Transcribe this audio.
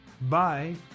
bye